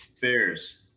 Bears